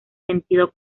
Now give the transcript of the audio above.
sentido